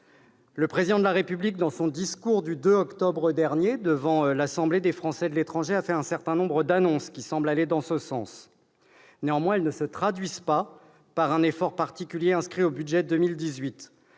Le Président de la République, dans son discours du 2 octobre dernier devant l'Assemblée des Français de l'étranger, a fait un certain nombre d'annonces qui semblent aller dans ce sens. Néanmoins, elles ne se traduisent pas par un effort particulier inscrit au budget de 2018.